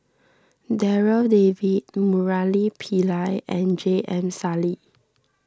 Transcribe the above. Darryl David Murali Pillai and J M Sali